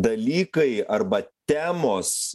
dalykai arba temos